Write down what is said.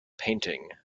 painting